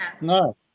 No